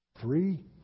Three